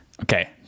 okay